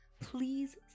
please